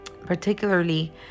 particularly